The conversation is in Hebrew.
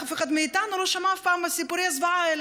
אחד מאיתנו לא שמע אף פעם על סיפורי הזוועה האלה,